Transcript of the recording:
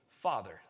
Father